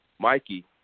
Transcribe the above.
Mikey